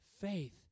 faith